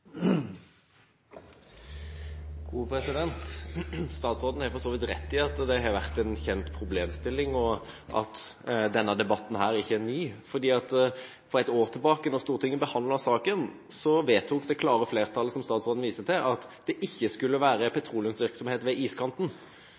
så vidt rett i at det har vært en kjent problemstilling, og at denne debatten ikke er ny. For ett år siden, da Stortinget behandlet saken, vedtok det klare flertallet, som statsråden viste til, at det ikke skulle være